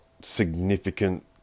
significant